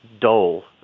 Dole